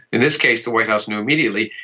in this case the white house knew immediately,